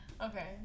Okay